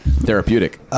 Therapeutic